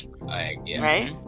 Right